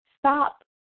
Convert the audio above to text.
stop